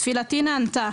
תפילתי נענתה.